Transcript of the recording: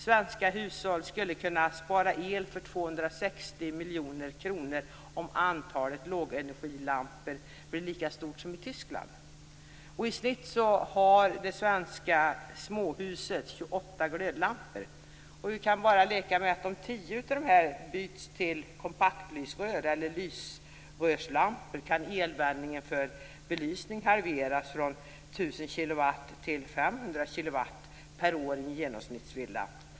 Svenska hushåll skulle kunna spara el för 260 miljoner kronor om antalet lågenergilampor blev lika stort som i Tyskland. I genomsnitt har det svenska småhuset 28 glödlampor. Om 10 av dessa byts till kompaktlysrör eller lysrörslampor kan elanvändningen för belysning halveras från 1 000 kWh till 500 kWh per år i en genomsnittsvilla.